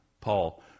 Paul